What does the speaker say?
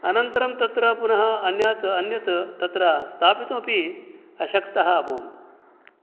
अनन्तरं तत्र पुनः अन्यत् अन्यत् तत्र स्थापितुमपि अशक्तः अभवम्